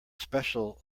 special